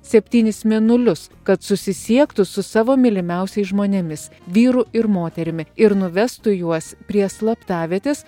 septynis mėnulius kad susisiektų su savo mylimiausiais žmonėmis vyru ir moterimi ir nuvestų juos prie slaptavietės